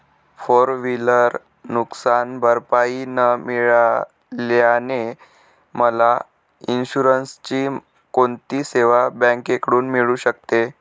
Four wheeler नुकसानभरपाई न मिळाल्याने मला इन्शुरन्सची कोणती सेवा बँकेकडून मिळू शकते?